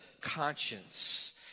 conscience